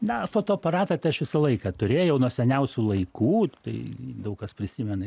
na fotoaparatą tai aš visą laiką turėjau nuo seniausių laikų tai daug kas prisimena